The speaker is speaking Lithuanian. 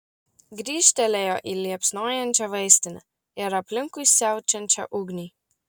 grįžtelėjo į liepsnojančią vaistinę ir aplinkui siaučiančią ugnį